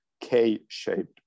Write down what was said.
K-shaped